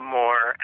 more